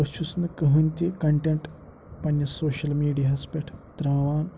بہٕ چھُس نہٕ کٕہٕنۍ تہِ کَنٹیٚنٹ پَننِس سوشَل میٖڈیاہَس پٮ۪ٹھ تراوان